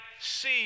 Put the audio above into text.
see